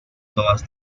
todas